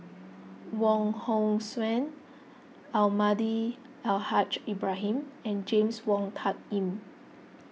Wong Hong Suen Almahdi Al Haj Ibrahim and James Wong Tuck Yim